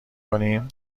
کنیم